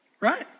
right